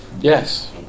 Yes